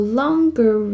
longer